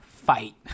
Fight